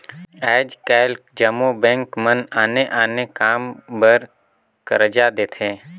आएज काएल जम्मो बेंक मन आने आने काम बर करजा देथे